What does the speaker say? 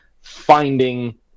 finding